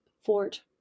Fort